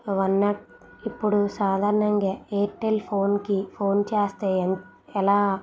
one not ఇప్పుడు సాధారణంగా ఎయిర్టెల్ ఫోన్కి ఫోన్ చేస్తే ఎంత ఎలా